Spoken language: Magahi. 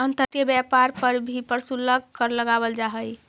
अंतर्राष्ट्रीय व्यापार पर भी प्रशुल्क कर लगावल जा हई